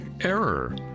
error